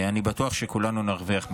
אני בטוח שכולנו נרוויח מזה.